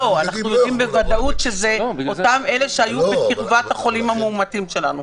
אנחנו יודעים בוודאות שאלה אותם אלה שהיו בקרבת החולים המאומתים שלנו,